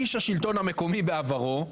איש השלטון המקומי בעברו,